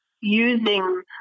using